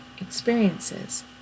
experiences